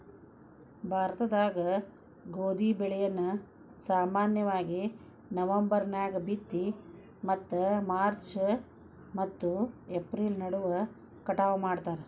ಭಾರತದಾಗ ಗೋಧಿ ಬೆಳೆಯನ್ನ ಸಾಮಾನ್ಯವಾಗಿ ನವೆಂಬರ್ ನ್ಯಾಗ ಬಿತ್ತಿ ಮತ್ತು ಮಾರ್ಚ್ ಮತ್ತು ಏಪ್ರಿಲ್ ನಡುವ ಕಟಾವ ಮಾಡ್ತಾರ